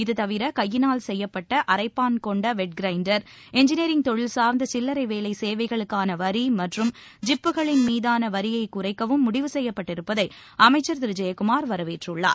இதுதவிர கையினால் செய்யப்பட்ட அரைப்பாள் கொண்ட வெட் கிரைண்டர் என்ஜினியரிப் தொழில் சார்ந்த சில்லறை வேலை சேவைகளுக்கான வரி மற்றும் ஜிப்புகளின் மீதான வரியைக் குறைக்கவும் முடிவு செய்யப்பட்டிருப்பதை அமைச்சர் திரு ஜெயக்குமார் வரவேற்றுள்ளார்